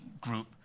group